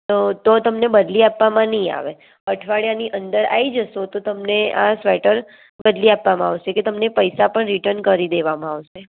તો તો તમને બદલી આપવામાં નઇ આવે અઠવાડિયાની અંદર આઈ જસો તો તમને આ સ્વેટર બદલી આપવામાં આવસે કે તમને પઈશાં પણ રિટર્ન કરી દેવામાં આવસે